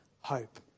hope